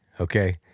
okay